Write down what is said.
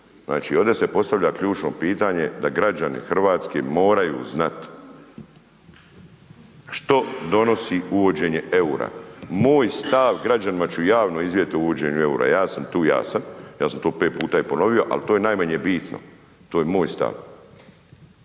Znači ovdje se postavlja ključno pitanje da građani Hrvatske moraju znat što donosi uvođenje eura. Moj stav građanima ću javno iznijeti o uvođenju eura. Ja sam tu jasan, ja sam to i pe puta i ponovio ali to je najmanje bitno, to je moj stav.